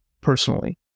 personally